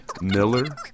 Miller